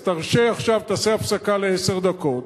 אז תרשה עכשיו, תעשה הפסקה לעשר דקות,